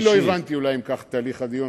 אם כך, את הליך הדיון.